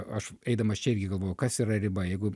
aš eidamas čia irgi galvojau kas yra riba jeigu